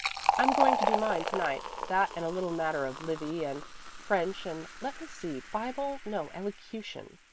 i'm going to do mine to-night that and a little matter of livy and french and let me see bible no, elocution.